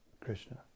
Krishna